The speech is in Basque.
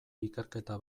ikerketa